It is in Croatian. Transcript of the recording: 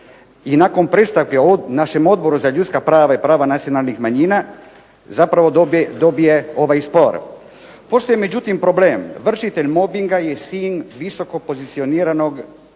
i nakon predstavke našem Odboru za ljudska prava i prava nacionalnih manjina zapravo dobije ovaj spor. Postoji međutim problem, vršitelj mobbinga je sin visoko pozicioniranog